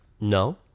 no